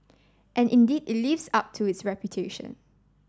and indeed it lives up to its reputation